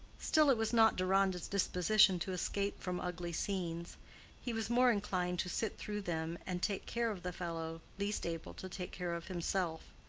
still it was not deronda's disposition to escape from ugly scenes he was more inclined to sit through them and take care of the fellow least able to take care of himself.